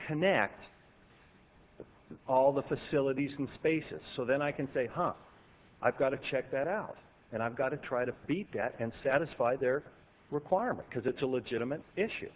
connect with all the facilities and spaces so then i can say huh i've got to check that out and i've got to try to beat that and satisfy their requirement because it's a legitimate issue